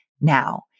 now